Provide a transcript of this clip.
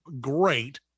great